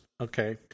Okay